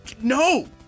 No